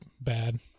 bad